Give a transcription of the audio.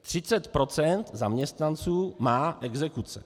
30 % zaměstnanců má exekuce.